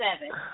seven